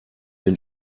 den